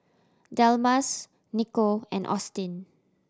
Delmas Nikko and Austyn